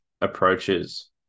approaches